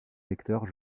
lecteur